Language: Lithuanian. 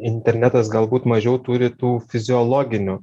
internetas galbūt mažiau turi tų fiziologinių